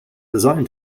design